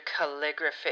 calligraphy